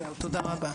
זהו, תודה רבה.